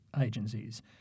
agencies